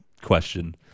question